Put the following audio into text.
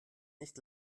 nicht